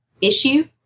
issue